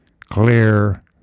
clear